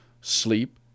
sleep